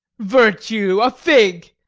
virtue! a fig!